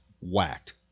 whacked